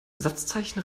satzzeichen